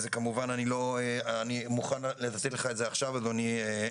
אני מוכן לתת לך את זה עכשיו, אדוני.